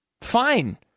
Fine